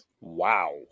Wow